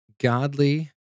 godly